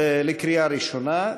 קריאה ראשונה.